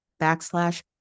backslash